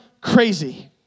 crazy